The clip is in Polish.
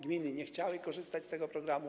Gminy nie chciały korzystać z tego programu.